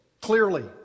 clearly